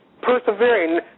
persevering